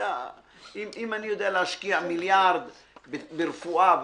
אם אני יודע להשקיע מיליארד ברפואה,